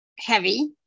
heavy